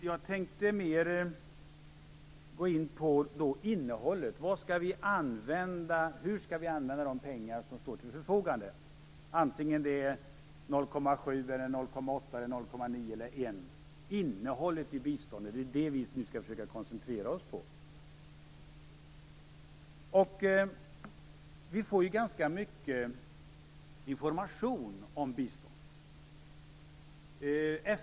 Jag tänkte i stället gå in på innehållet - hur skall vi använda de pengar som står till förfogande, antingen det är 0,7 %, 0,8 %, 0,9 % eller 1 %? Det är innehållet i biståndet vi nu skall försöka koncentrera oss på. Vi får ganska mycket information om biståndet.